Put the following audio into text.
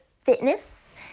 Fitness